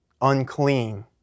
unclean